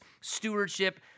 stewardship –